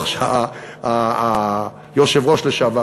היושב-ראש לשעבר.